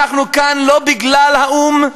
אנחנו כאן לא בגלל האו"ם,